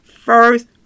First